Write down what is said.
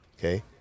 Okay